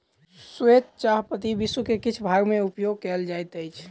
श्वेत चाह पत्ती विश्व के किछ भाग में उपयोग कयल जाइत अछि